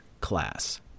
class